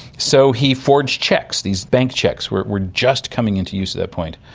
so he forged cheques. these bank cheques were were just coming into use at that point,